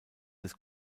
des